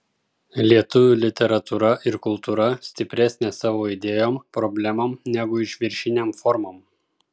lietuvių literatūra ir kultūra stipresnė savo idėjom problemom negu išviršinėm formom